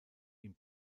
ihm